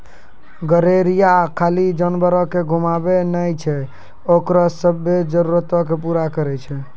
गरेरिया खाली जानवरो के घुमाबै नै छै ओकरो सभ्भे जरुरतो के पूरा करै छै